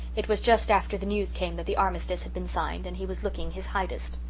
it was just after the news came that the armistice had been signed and he was looking his hydest.